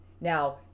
Now